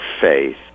faith